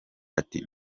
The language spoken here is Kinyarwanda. ati